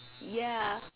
ya